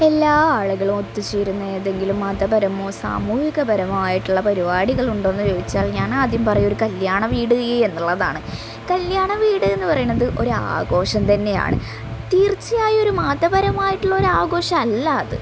എല്ലാ ആളുകളും ഒത്തുച്ചേരുന്ന ഏതെങ്കിലും മതപരമോ സാമൂഹികപരമോ ആയിട്ടുള്ള പരിപാടികൾ ഉണ്ടോയെന്ന് ചോദിച്ചാൽ ഞാൻ ആദ്യം പറയും ഒരു കല്ല്യാണ വീട് എന്നുള്ളതാണ് കല്ല്യാണ വീട് എന്നു പറയണത് ഒരു ആഘോഷം തന്നെയാണ് തീർച്ചയായും ഒരു മതപരമായിട്ടുള്ളൊരു ആഘോഷമല്ല അത്